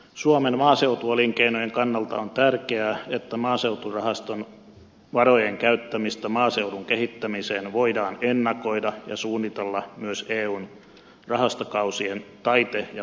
suomen maaseutuelinkeinojen kannalta on tärkeää että maaseuturahaston varojen käyttämistä maaseudun kehittämiseen voidaan ennakoida ja suunnitella myös eun rahastokausien taite ja vaihtokodissa